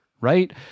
right